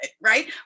right